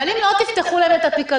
אבל אם לא תפתחו להם את הפיקדון,